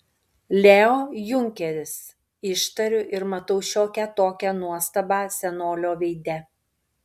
leo junkeris ištariu ir matau šiokią tokią nuostabą senolio veide